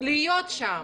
להיות שם.